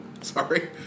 Sorry